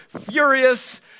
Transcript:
furious